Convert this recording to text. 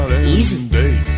easy